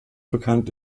bekannt